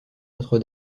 notre